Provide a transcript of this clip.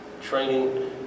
training